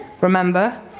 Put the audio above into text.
remember